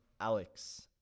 Alex